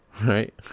Right